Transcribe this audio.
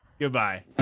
Goodbye